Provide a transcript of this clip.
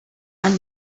and